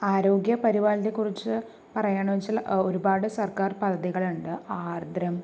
ആരോഗ്യപരിപാലനത്തെ കുറിച്ച് പറയാണോന്ന് വച്ചാൽ ഒരുപാട് സർക്കാർ പദ്ധതികൾ ഇണ്ട് ആർദ്രം